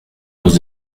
los